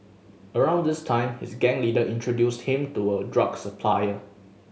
around this time his gang leader introduced him to a drug supplier